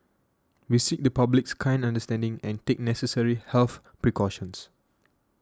we seek the public's kind understanding and take necessary health precautions